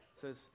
says